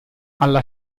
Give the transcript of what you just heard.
alla